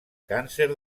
càncer